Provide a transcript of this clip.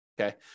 Okay